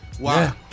Wow